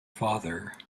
father